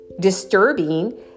disturbing